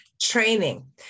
training